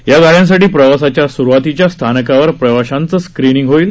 या गाड्यांसाठी प्रवासाच्या स्रुवातीच्या स्थानकावर प्रवाशांचं स्क्रीनिंग होईल